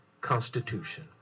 constitution